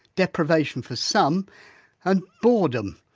deprivation for some and boredom.